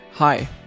Hi